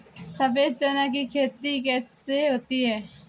सफेद चना की खेती कैसे होती है?